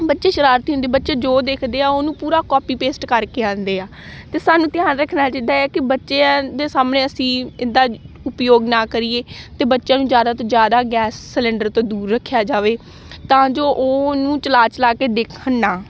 ਬੱਚੇ ਸ਼ਰਾਰਤੀ ਹੁੰਦੇ ਬੱਚੇ ਜੋ ਦੇਖਦੇ ਆ ਉਹਨੂੰ ਪੂਰਾ ਕੌਪੀ ਪੇਸਟ ਕਰਕੇ ਆਉਂਦੇ ਆ ਅਤੇ ਸਾਨੂੰ ਧਿਆਨ ਰੱਖਣਾ ਚਾਹੀਦਾ ਹੈ ਕਿ ਬੱਚਿਆਂ ਦੇ ਸਾਹਮਣੇ ਅਸੀਂ ਇੱਦਾਂ ਉਪਯੋਗ ਨਾ ਕਰੀਏ ਅਤੇ ਬੱਚਿਆਂ ਨੂੰ ਜ਼ਿਆਦਾ ਤੋਂ ਜ਼ਿਆਦਾ ਗੈਸ ਸਿਲੰਡਰ ਤੋਂ ਦੂਰ ਰੱਖਿਆ ਜਾਵੇ ਤਾਂ ਜੋ ਉਹ ਉਹਨੂੰ ਚਲਾ ਚਲਾ ਕੇ ਦੇਖਣ ਨਾ